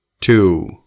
two